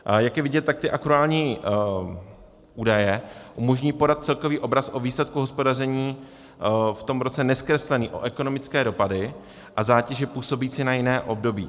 A jak je vidět, tak ty akruální údaje umožní podat celkový obraz o výsledku hospodaření v tom roce nezkreslený o ekonomické dopady a zátěže působící na jiné období.